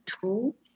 tool